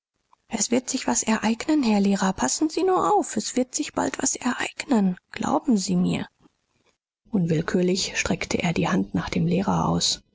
es wird sich was ereignen herr lehrer passen sie nur auf es wird sich bald was ereignen glauben sie mir unwillkürlich streckte er die hand nach dem lehrer aus